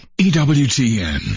EWTN